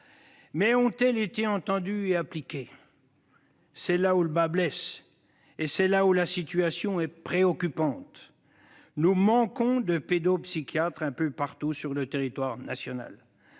ont-elles été entendues et appliquées ? C'est là que le bât blesse ! Et c'est là que la situation est préoccupante. Nous manquons de pédopsychiatres un peu partout sur le territoire national.